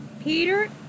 Peter